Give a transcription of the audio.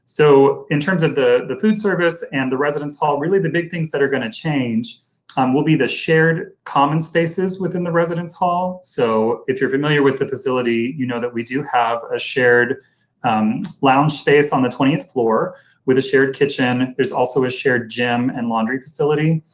so, in terms of the the food service and the residence hall, really the big things that are going to change um will be the shared common spaces within the residence hall. so, if you're familiar with the facility, you know that we do have a shared lounge space on the twentieth floor with a shared kitchen. there's also a shared gym and laundry facility.